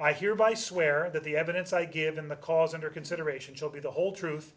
i hereby swear that the evidence i give in the cause under consideration shall be the whole truth